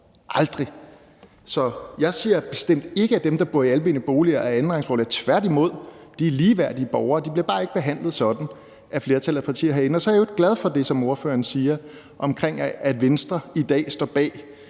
Aldrig. Så jeg siger bestemt ikke, at dem, der bor i almene boliger, er andenrangsborgere, tværtimod. De er ligeværdige borgere, men de bliver bare ikke behandlet sådan af flertallet af partier herinde. Så er jeg i øvrigt glad for det, som ordføreren siger, om, at Venstre i dag står bag